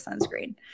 sunscreen